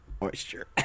Moisture